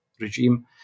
regime